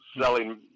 selling